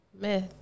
Myth